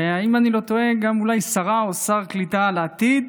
ואם אני לא טועה, אולי גם שרה או שר קליטה לעתיד.